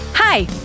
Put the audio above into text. Hi